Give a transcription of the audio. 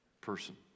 person